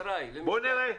בוא נראה.